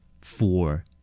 four